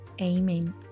amen